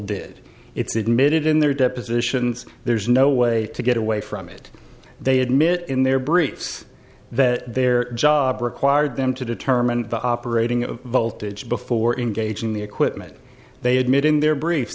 admitted in their depositions there's no way to get away from it they admit in their briefs that their job required them to determine the operating voltage before engaging the equipment they admit in their brief